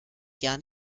jahr